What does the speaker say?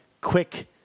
quick